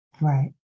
Right